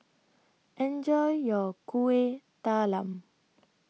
Enjoy your Kuih Talam